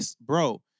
Bro